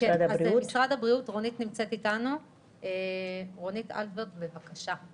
משרד הבריאות, רונית אנדולט, בבקשה.